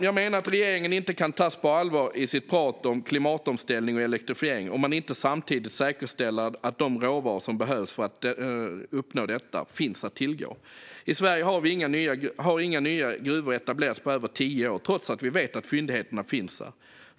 Jag menar att regeringen inte kan tas på allvar i sitt prat om klimatomställning och elektrifiering om man inte samtidigt säkerställer att de råvaror som behövs för detta finns att tillgå. I Sverige har inga nya gruvor etablerats på över tio år trots att vi vet att fyndigheterna finns här.